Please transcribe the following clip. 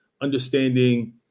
understanding